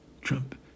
Trump